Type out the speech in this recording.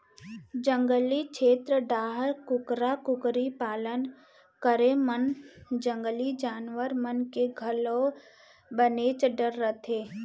जंगली छेत्र डाहर कुकरा कुकरी पालन करे म जंगली जानवर मन के घलोक बनेच डर रथे